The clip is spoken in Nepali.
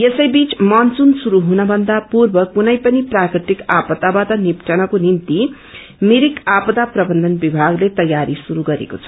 यसै बीच मनसून श्रुरू हुनथन्दा पूर्व कूनै पनि प्राकृतिक आपदाबाट निप्टनको निम्ति मिरिक आपदा प्रबन्धन विभागले तयारी श्रुरू गरेको छ